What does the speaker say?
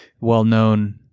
well-known